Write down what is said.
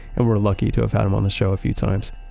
and we're lucky to have had him on the show a few times.